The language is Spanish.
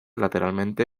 lateralmente